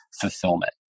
fulfillment